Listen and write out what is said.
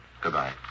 Goodbye